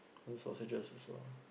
all sausages also